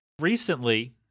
recently